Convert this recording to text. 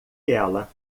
ela